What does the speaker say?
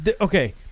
Okay